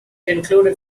included